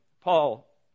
Paul